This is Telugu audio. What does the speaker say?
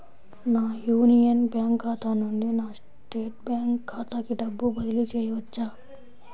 నా యూనియన్ బ్యాంక్ ఖాతా నుండి నా స్టేట్ బ్యాంకు ఖాతాకి డబ్బు బదిలి చేయవచ్చా?